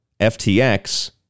FTX